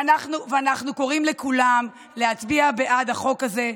ואנחנו קוראים לכולם להצביע בעד החוק הזה.